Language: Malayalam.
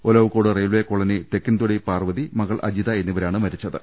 ഒലവക്കോട് റെയിൽവേ കോളനി തേക്കിൻതൊട്ടി പ്പാർവതി മകൾ അജിത എന്നിവരാണ് മരിച്ചത്